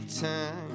time